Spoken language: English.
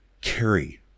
carry